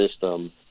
system